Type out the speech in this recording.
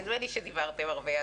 נראה לי שדיברתם הרבה,